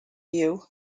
you